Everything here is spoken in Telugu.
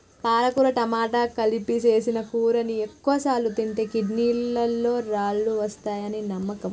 పాలకుర టమాట కలిపి సేసిన కూరని ఎక్కువసార్లు తింటే కిడ్నీలలో రాళ్ళు వస్తాయని నమ్మకం